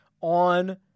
on